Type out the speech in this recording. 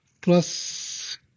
Plus